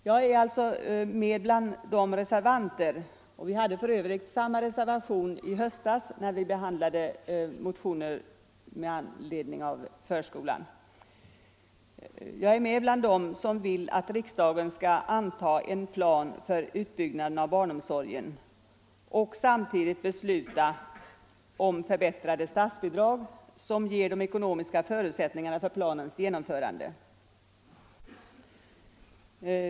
Jag är med bland de reservanter som vill att riksdagen skall anta en plan för utbyggnaden av barnomsorgen och samtidigt besluta om förbättrade statsbidrag som ger de ekonomiska förutsättningarna för planens genomförande. Vi hade för övrigt samma reservation i höstas när vi behandlade motioner om förskolan.